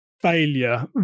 failure